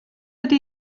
ydy